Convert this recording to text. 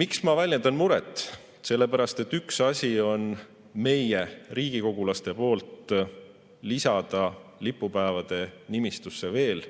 Miks ma väljendan muret? Sellepärast, et üks asi on meie, riigikogulaste poolt lisada lipupäevade nimistusse veel